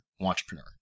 entrepreneur